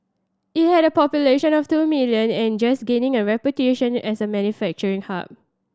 it had a population of two million and just gaining a reputation as a manufacturing hub